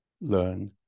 learn